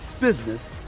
business